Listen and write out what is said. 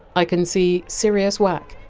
i can see sirius whack,